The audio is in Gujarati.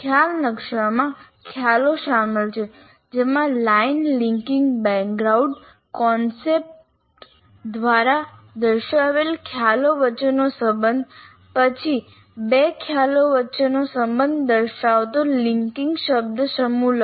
ખ્યાલ નકશામાં ખ્યાલો શામેલ છે લાઈન લિંકિંગ બેકગ્રાઉન્ડ કોન્સેપ્ટ આપણે ફક્ત એક લાઈન દ્વારા કનેક્ટ કરીએ છીએ દ્વારા દર્શાવેલ ખ્યાલો વચ્ચેનો સંબંધ પછી 2 ખ્યાલો વચ્ચેનો સંબંધ દર્શાવતો લિંકિંગ શબ્દસમૂહ લખો